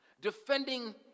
defending